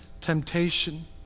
temptation